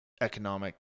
economic